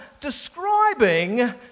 describing